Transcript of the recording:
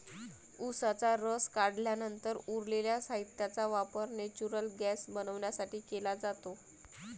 उसाचा रस काढल्यानंतर उरलेल्या साहित्याचा वापर नेचुरल गैस बनवण्यासाठी केला जातो